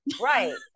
Right